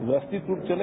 व्यवस्थित रूप चले